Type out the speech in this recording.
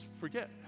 forget